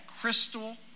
crystal